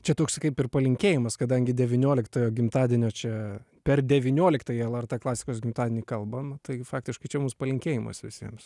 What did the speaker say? čia toks kaip ir palinkėjimas kadangi devynioliktojo gimtadienio čia per devynioliktąjį lrt klasikos gimtadienį kalbam tai faktiškai čia mums palinkėjimas visiems